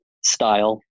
style